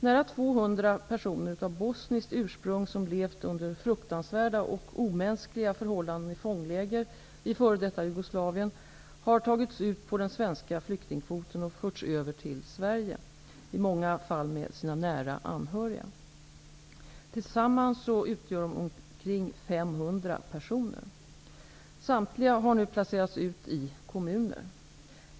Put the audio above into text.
Nära 200 personer av bosniskt ursprung, som levt under fruktansvärda och omänskliga förhållanden i fångläger i f.d. Jugoslavien, har tagits ut på den svenska flyktingkvoten och förts över till Sverige, i många fall med sina nära anhöriga. Tillsammans utgör de omkring 500 personer. Samtliga har nu placerats ut i kommuner.